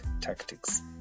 tactics